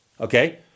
okay